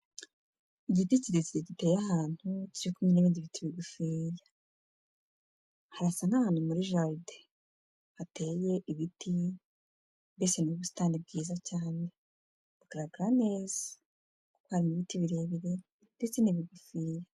Igiti kirekire giteye ahantu kiri kumwe n'ibindi biti bigufiya. Harasa n'ahantu muri jaride. Hateye ibiti, mbese ni mu busitani bwiza cyane. Bugaragara neza. Kuko harimo ibiti birebire ndetse n'ibigufiya.